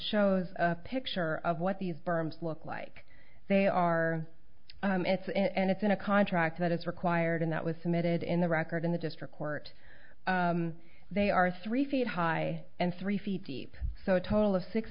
shows a picture of what these berms look like they are it's and it's in a contract that is required and that was submitted in the record in the district court they are three feet high and three feet deep so a total of six